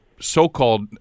so-called